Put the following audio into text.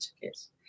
tickets